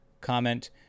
comment